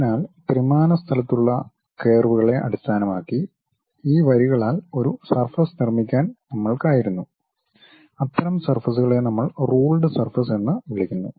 അതിനാൽ ത്രിമാന സ്ഥലത്തുള്ള കർവുകളെ അടിസ്ഥാനമാക്കി ഈ വരികളാൽ ഒരു സർഫസ് നിർമ്മിക്കാൻ നമ്മൾക്കായിരുന്നു അത്തരം സർഫസ്കളെ നമ്മൾ റൂൾഡ് സർഫസ് എന്ന് വിളിക്കുന്നു